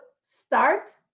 start